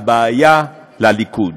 הבעיה לליכוד,